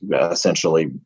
essentially